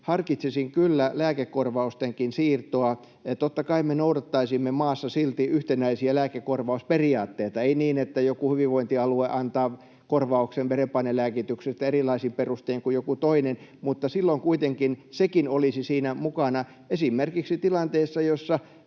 harkitsisin kyllä lääkekorvaustenkin siirtoa. Totta kai me noudattaisimme maassa silti yhtenäisiä lääkekorvausperiaatteita, eli ei niin, että joku hyvinvointialue antaa korvauksen verenpainelääkityksestä erilaisin perustein kuin joku toinen, mutta silloin kuitenkin sekin olisi siinä mukana. Esimerkiksi tilanteessa, jossa